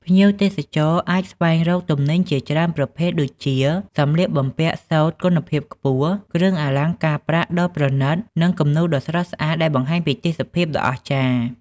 ភ្ញៀវទេសចរអាចស្វែងរកទំនិញជាច្រើនប្រភេទដូចជា សម្លៀកបំពាក់សូត្រគុណភាពខ្ពស់ គ្រឿងអលង្ការប្រាក់ដ៏ប្រណីត និងគំនូរដ៏ស្រស់ស្អាតដែលបង្ហាញពីទេសភាពដ៏អស្ចារ្យ។